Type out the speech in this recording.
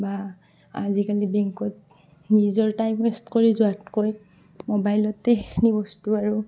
বা আজিকালি বেংকত নিজৰ টাইম ৱেষ্ট কৰি যোৱাতকৈ মোবাইলতে সেইখিনি বস্তু আৰু